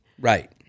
right